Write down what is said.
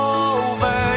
over